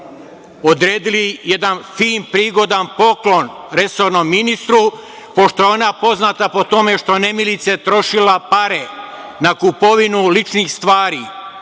odredili jedan fin, prigodan poklon resornom ministru. Pošto je ona poznata po tome što je nemilice trošila pare na kupovinu ličnih stvari,